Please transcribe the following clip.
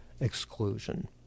exclusion